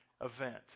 event